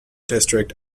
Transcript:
district